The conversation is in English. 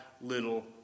little